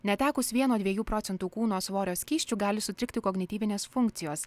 netekus vieno dviejų procentų kūno svorio skysčių gali sutrikti kognityvinės funkcijos